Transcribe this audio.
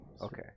Okay